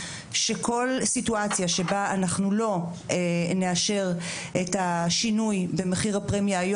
הסיטואציה אם לא נאשר את השינוי במחיר הפרמיה,